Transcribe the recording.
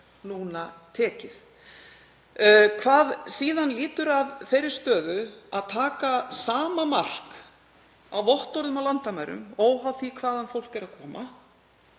núna tekið. Hvað lýtur að þeirri stöðu að taka sama mark á vottorðum á landamærum óháð því hvaðan fólk er að koma